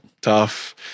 tough